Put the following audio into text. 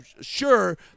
sure